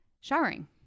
showering